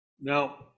Now